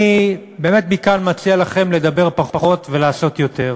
באמת מכאן מציע לכם לדבר פחות ולעשות יותר.